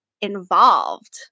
involved